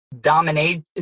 Dominate